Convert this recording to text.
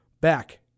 back